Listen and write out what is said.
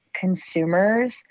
consumers